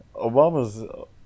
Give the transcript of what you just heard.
Obama's